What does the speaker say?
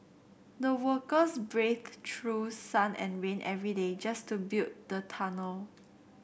the workers braved through sun and rain every day just to build the tunnel